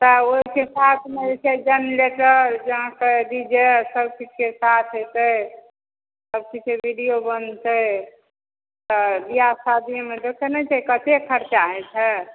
सब ओहिके साथमे जे छै से जेनरेटर फेर अहाँके डीजे सब किछुके साथ हेतै सब किछुके विडिओ बनतै तऽ बिआह शादीमे तऽ देखै नहि छिए कते खरचा होइ छै